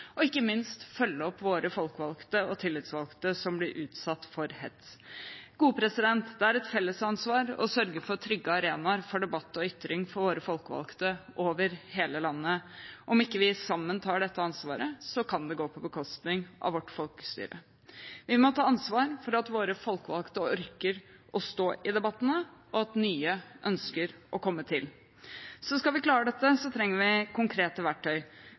og ikke minst følge opp våre folkevalgte og tillitsvalgte som blir utsatt for hets. Det er et fellesansvar å sørge for trygge arenaer for debatt og ytring for våre folkevalgte over hele landet. Om vi ikke sammen tar dette ansvaret, kan det gå på bekostning av vårt folkestyre. Vi må ta ansvar for at våre folkevalgte orker å stå i debattene, og at nye ønsker å komme til. Skal vi klare dette, trenger vi konkrete verktøy.